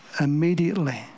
immediately